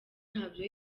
ntabyo